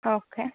okay